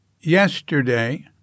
Yesterday